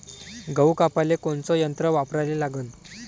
गहू कापाले कोनचं यंत्र वापराले लागन?